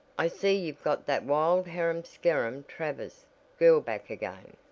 i see you've got that wild harum-scarum travers' girl back again.